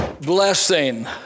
Blessing